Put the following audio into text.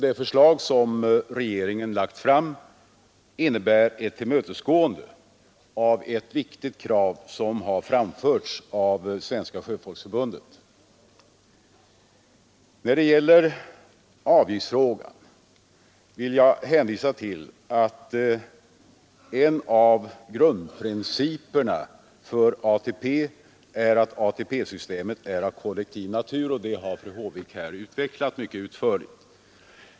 Det förslag som regeringen lagt fram innebär ett tillmötesgående av ett viktigt krav som har framförts av Svenska sjöfolksförbundet. När det gäller avgiftsfrågan vill jag hänvisa till att en av grundprinciperna för ATP är att systemet är av kollektiv natur, och det har fru Håvik utvecklat mycket utförligt.